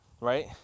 right